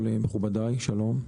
מכובדי, שלום.